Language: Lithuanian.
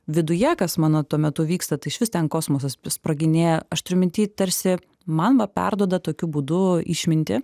viduje kas mano tuo metu vyksta tai išvis ten kosmosas sproginėja aš turiu minty tarsi man va perduoda tokiu būdu išmintį